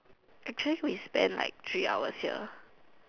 actually we spend like three hours here